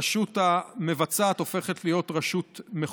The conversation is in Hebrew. הרשות המבצעת הופכת להיות רשות מחוקקת.